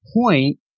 point